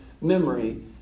memory